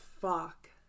fuck